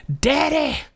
Daddy